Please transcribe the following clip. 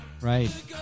Right